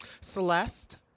Celeste